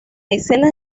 escenas